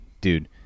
dude